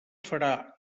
farà